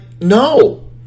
no